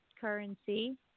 currency